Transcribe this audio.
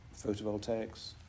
photovoltaics